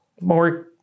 more